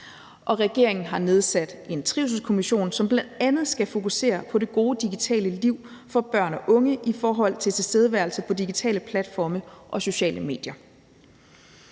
regeringen har nedsat en trivselskommission, som bl.a. skal fokusere på det gode digitale liv for børn og unge i forhold til tilstedeværelse på digitale platforme og sociale medier.